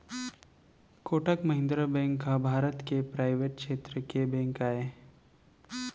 Kotak Mahindra bank ह भारत के private छेत्र के बेंक आय